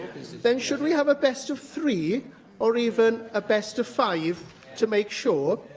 then should we have a best of three or even a best of five to make sure?